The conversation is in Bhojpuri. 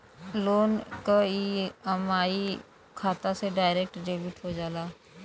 लोन क ई.एम.आई खाता से डायरेक्ट डेबिट हो जाला